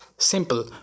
Simple